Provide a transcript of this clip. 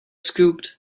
scooped